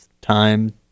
time